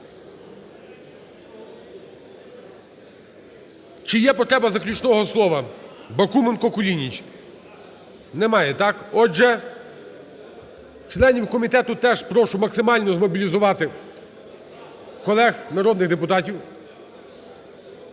Чи є потреба заключного слова? Бакуменко, Кулініч. Немає, так? Отже, членів комітету теж прошу максимально змобілізувати колег народних депутатів.